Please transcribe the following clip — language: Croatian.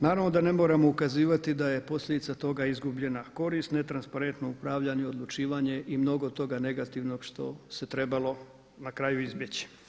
Naravno da ne moramo ukazivati da je posljedica toga izguljena korist, netransparentno upravljanje i odlučivanje i mnogo toga negativnog što se trebalo na kraju izbjeći.